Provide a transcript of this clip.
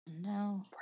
No